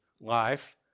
life